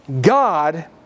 God